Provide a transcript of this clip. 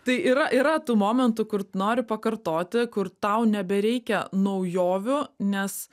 tai yra yra tų momentų kur nori pakartoti kur tau nebereikia naujovių nes